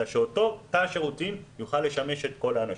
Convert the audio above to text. אלא שאותו תא שירותים יוכל לשמש את כל האנשים.